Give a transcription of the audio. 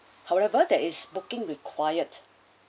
however there is booking required